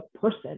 person